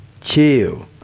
chill